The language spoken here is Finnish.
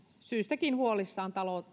syystäkin huolissaan